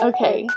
Okay